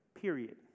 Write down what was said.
Period